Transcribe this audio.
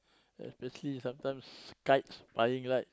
uh basically is sometimes kites flying right